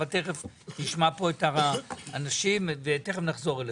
אבל נשמע פה את האנשים ותיכף נחזור אליכם.